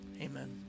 Amen